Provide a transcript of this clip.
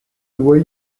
voient